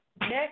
Next